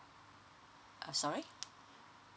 uh sorry